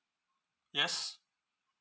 yes